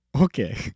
Okay